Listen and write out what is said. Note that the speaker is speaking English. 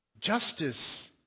Justice